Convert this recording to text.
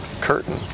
curtain